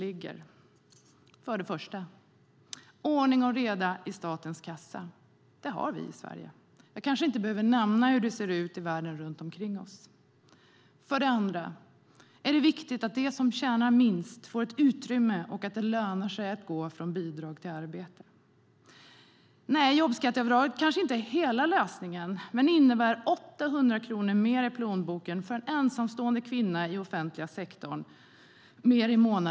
Det är för det första ordning och reda i statens kassa. Det har vi i Sverige. Jag kanske inte behöver nämna hur det ser ut i världen runt omkring oss. För det andra är det viktigt att de som tjänar minst får ekonomiskt utrymme och att det lönar sig att gå från bidrag till arbete. Jobbskatteavdraget kanske inte är hela lösningen, men det innebär 800 kronor mer i plånboken efter skatt för en ensamstående kvinna i den offentliga sektorn.